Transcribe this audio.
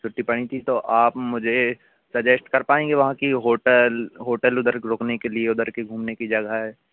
छुट्टी पड़ीं थीं तो आप मुझे सजेस्ट कर पाएँगे वहाँ की होटल होटल उधर रुकने के लिए उधर की घूमने की जगह हैं